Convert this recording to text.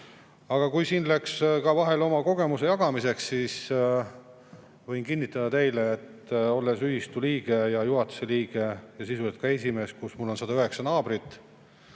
kui siin läks oma kogemuste jagamiseks, siis võin kinnitada teile, et olles ühistu liige ja juhatuse liige ja sisuliselt ka esimees, mul on 109 naabrit